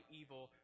evil